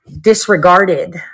disregarded